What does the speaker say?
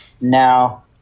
Now